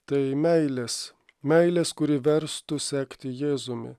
tai meilės meilės kuri verstų sekti jėzumi